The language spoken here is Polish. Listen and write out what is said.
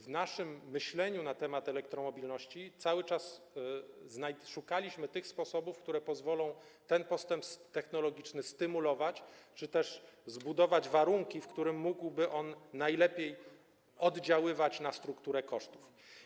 W naszym myśleniu na temat elektromobilności cały czas szukaliśmy sposobów, które pozwolą ten postęp technologiczny stymulować czy też zbudować warunki, w których mógłby on najlepiej oddziaływać na strukturę kosztów.